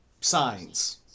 Signs